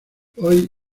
hoy